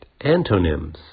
antonyms